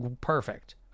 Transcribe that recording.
perfect